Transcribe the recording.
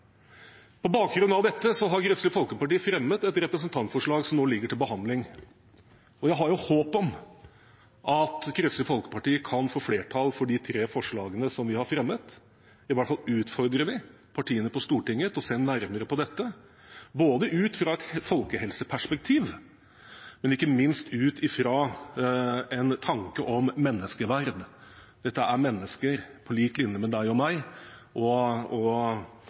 På bakgrunn av dette har Kristelig Folkeparti fremmet et representantforslag som nå ligger til behandling. Jeg har håp om at Kristelig Folkeparti kan få flertall for de tre forslagene vi har fremmet. I hvert fall utfordrer vi partiene på Stortinget til å se nærmere på dette, både ut fra et folkehelseperspektiv og ikke minst ut fra en tanke om menneskeverd. Dette er mennesker, på lik linje med deg og meg.